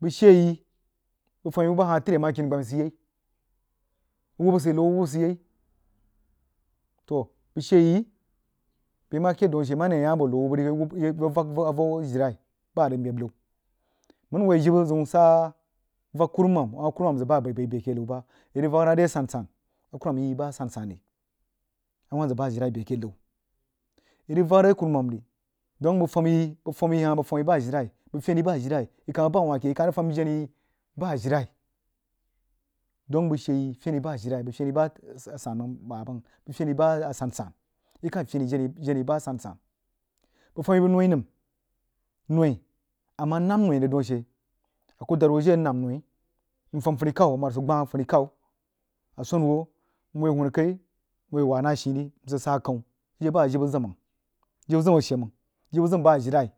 bəg shee yi bəg fam yi bu ba hah tri ama kini gban sid yei lau awabba sid yei toh bəg shee yi beh ma keed daun a she mare ni rig yabo nan awubba nrig vak-avau agjirenai bah rig meib nau nman woi əibbə zeun sa vak kummam, a kurummam zag ba abai bai beh keh nau bah irig vak na di asan-san akumam yi ba san-san ri, awah zag, ing vak re kurumam ri daun a bəg fam yi bəg fam yi ba ajirenai, bəg fem yi bn ajirenai yi ka rig bəg na wai ke yi ka ng fam jenna yi ba jirenai daun a bəg sheeyi fein yi bah jirenai, bəg fain yi ban a sanməg bayeiməg, bəg fein yi bah san-san bəg famyi bəg noi nəm, noi ama nəm noi rig daun ashe aku dad hush jeh anəm noi nfam funni kai bəg amaru, a swan hush hunna kai, nhuoh wah nah shii ri nsa akhau ashe bah jibbə zim məg jibbə zim asheməg jibbə zim bah ajirenai